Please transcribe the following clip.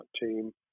team